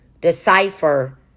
decipher